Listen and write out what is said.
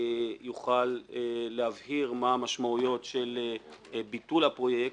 יוכל להבהיר מה המשמעויות של ביטול הפרויקט.